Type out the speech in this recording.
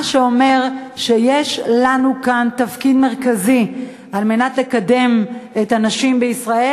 מה שאומר שיש לנו כאן תפקיד מרכזי לקדם את הנשים בישראל.